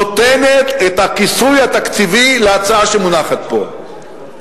נותנת את הכיסוי התקציבי להצעה שמונחת פה.